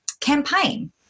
campaign